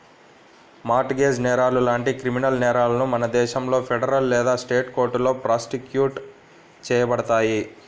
mart gauge నేరాలు లాంటి criminal నేరాలను మన దేశంలో ఫెడరల్ లేదా స్టేట్ కోర్టులో ప్రాసిక్యూట్ చేయబడతాయి